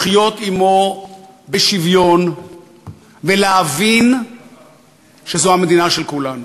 לחיות עמו בשוויון ולהבין שזו המדינה של כולנו.